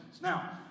Now